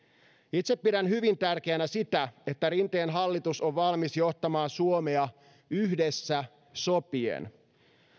itse pidän hyvin tärkeänä sitä että rinteen hallitus on valmis johtamaan suomea yhdessä sopien